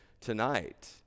tonight